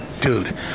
dude